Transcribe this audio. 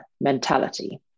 mentality